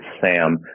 Sam